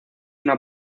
una